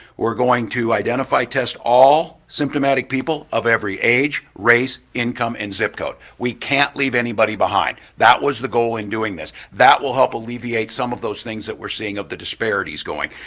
we're going to identify test all symptomatic people of every age, race, income, and zip code. we can't leave anybody behind. that was the goal in doing this. that will help alleviate some of those things that we're seeing of the disparities going.